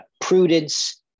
prudence